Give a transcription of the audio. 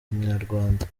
inyarwanda